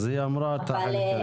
אז היא אמרה את החלק הראשון.